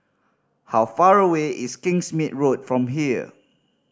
how far away is Kingsmead Road from here